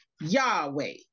Yahweh